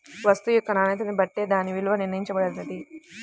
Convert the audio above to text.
వస్తువు యొక్క నాణ్యతని బట్టే దాని విలువ నిర్ణయించబడతది